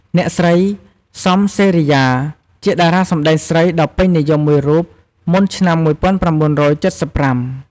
អ្នកស្រី សំ សេរីយ៉ា ជាតារាសម្តែងស្រីដ៏ពេញនិយមមួយរូបមុនឆ្នាំ ១៩៧៥។